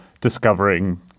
discovering